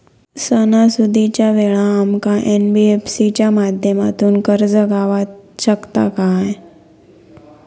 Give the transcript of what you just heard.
सणासुदीच्या वेळा आमका एन.बी.एफ.सी च्या माध्यमातून कर्ज गावात शकता काय?